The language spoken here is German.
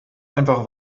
einfach